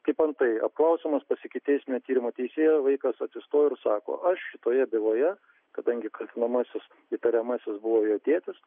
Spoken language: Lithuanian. kaip antai apklausiamas pas ikiteisminio tyrimo teisėją vaikas atsistojoair sako aš šitoje byloje kadangi kaltinamasis įtariamasis buvo jo tėtis